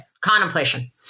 contemplation